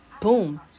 boom